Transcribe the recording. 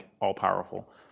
all-powerful